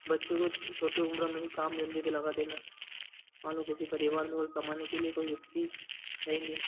बच्चे को छोटे उम्र में ही काम धंधे पर लगा देना मान लो किसी परिवार में वही कमाने के लिए कोई व्यक्ति है ही नहीं